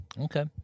Okay